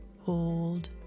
hold